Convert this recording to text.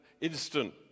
Instant